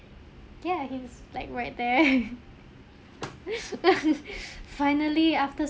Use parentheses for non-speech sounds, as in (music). ya he's was like right there (laughs) finally after